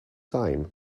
time